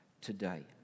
today